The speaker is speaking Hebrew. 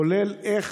כולל איך